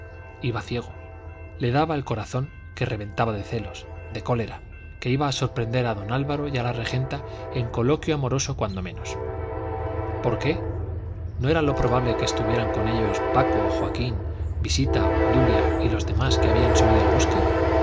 iba ciego le daba el corazón que reventaba de celos de cólera que iba a sorprender a don álvaro y a la regenta en coloquio amoroso cuando menos por qué no era lo probable que estuvieran con ellos paco joaquín visita obdulia y los demás que habían subido al bosque